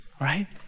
Right